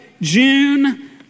June